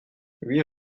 huit